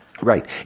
Right